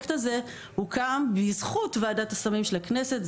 הפרויקט הוקם בזכות ועדת הסמים של הכנסת.